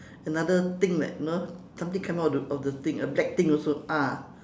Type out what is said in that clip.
another thing like you know something come out of the of the thing a black thing also ah